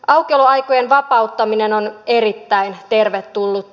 aukioloaikojen vapauttaminen on erittäin tervetullutta